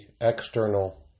external